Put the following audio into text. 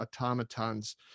automatons